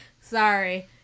sorry